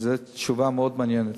זה תשובה מאוד מעניינת,